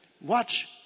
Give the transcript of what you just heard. Watch